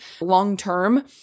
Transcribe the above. long-term